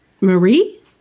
Marie